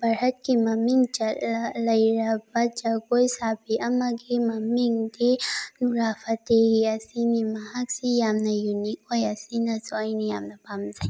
ꯚꯥꯔꯠꯀꯤ ꯃꯃꯤꯡ ꯆꯠꯂ ꯂꯩꯔꯕ ꯖꯒꯣꯏ ꯁꯥꯕꯤ ꯑꯃꯒꯤ ꯃꯃꯤꯡꯗꯤ ꯅꯨꯔꯥ ꯐꯇꯦ ꯑꯁꯤꯅꯤ ꯃꯍꯥꯛꯁꯤ ꯌꯥꯝꯅ ꯌꯨꯅꯤꯛ ꯑꯣꯏ ꯑꯁꯤꯅꯁꯨ ꯑꯩꯅ ꯌꯥꯝ ꯄꯥꯝꯖꯩ